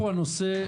הרציונל.